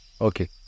Okay